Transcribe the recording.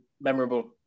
Memorable